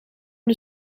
een